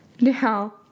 now